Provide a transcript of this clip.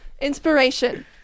inspiration